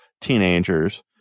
teenagers